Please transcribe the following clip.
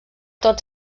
tots